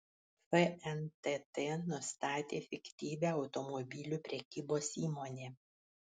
fntt nustatė fiktyvią automobilių prekybos įmonę